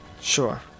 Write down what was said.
Sure